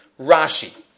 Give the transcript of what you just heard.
Rashi